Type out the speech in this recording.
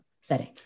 setting